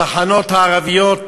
התחנות הערביות,